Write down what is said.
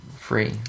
free